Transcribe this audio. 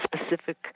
specific